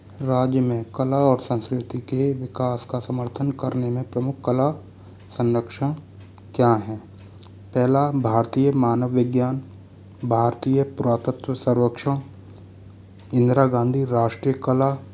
राज्य में कला और संस्कृति के विकास का समर्थन करने में प्रमुख कला संरक्षण क्या हैं पहला भारतीय मानव विज्ञान भारतीय पुरातत्व संरक्षण इंदिरा गांधी राष्ट्रीय कला